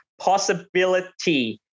possibility